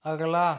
अगला